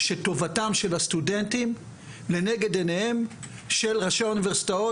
שטובתם של הסטודנטים לנגד עיניהם של ראשי האוניברסיטאות